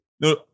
No